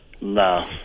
No